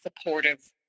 supportive